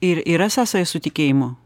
ir yra sąsaja su tikėjimu